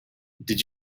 did